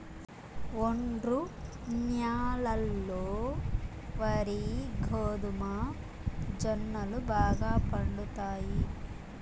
ఒండ్రు న్యాలల్లో వరి, గోధుమ, జొన్నలు బాగా పండుతాయి